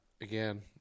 Again